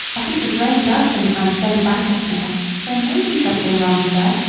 i think the drain does sometimes send back a smell there may be something wrong, sir.